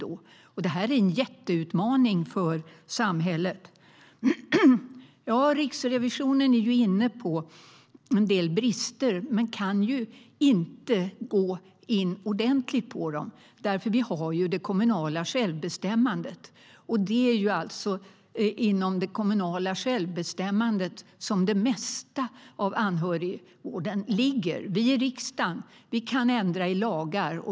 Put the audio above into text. Det är en jätteutmaning för samhället. Riksrevisionen är inne på en del brister men kan inte gå in ordentligt på dem, för vi har det kommunala självbestämmandet. Det är inom det kommunala självbestämmandet som det mesta av anhörigvården ligger. Vi i riksdagen kan ändra i lagar.